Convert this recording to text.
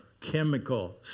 chemical